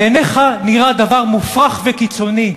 בעיניך נראה דבר מופרך וקיצוני?